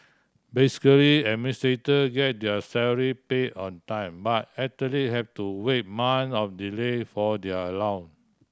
basically administrator get their salary pay on time but athlete have to wait months of delay for their allow